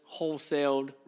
wholesaled